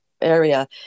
area